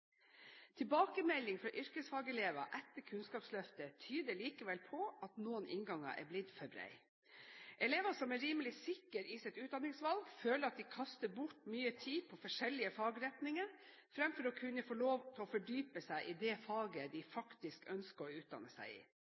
fra yrkesfagelever etter Kunnskapsløftet tyder likevel på at noen innganger er blitt for brede. Elever som er rimelig sikre i sitt utdanningsvalg, føler at de kaster bort mye tid på forskjellige fagretninger, fremfor å kunne få lov til å fordype seg i det faget de faktisk ønsker å utdanne seg i.